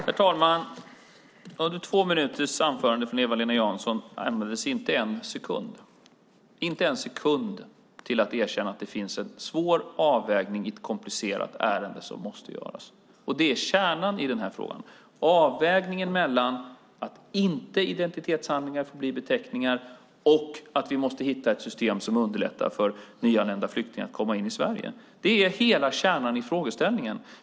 Herr talman! Av två minuters anförande av Eva-Lena Jansson ägnades inte en sekund åt att erkänna att det finns en svår avvägning i ett komplicerat ärende som måste göras. Det är kärnan i den här frågan - avvägningen mellan att inte identitetshandlingar blir beteckningar och att hitta ett system som underlättar för nyanlända flyktingar att komma in i Sverige. Det är hela kärnan i frågeställningen.